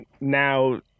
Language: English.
now